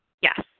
Yes